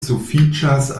sufiĉas